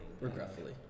Regretfully